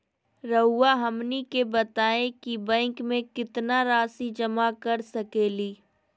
रहुआ हमनी के बताएं कि बैंक में कितना रासि जमा कर सके ली?